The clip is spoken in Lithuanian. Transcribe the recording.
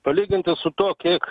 palyginti su tuo kiek